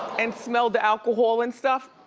and smelled the alcohol and stuff?